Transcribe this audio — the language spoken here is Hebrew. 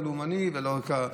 לא על רקע לאומני ולא על רקע אישי.